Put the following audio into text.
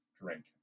drink